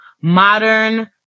modern